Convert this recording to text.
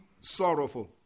sorrowful